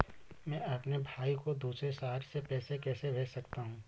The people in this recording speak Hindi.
मैं अपने भाई को दूसरे शहर से पैसे कैसे भेज सकता हूँ?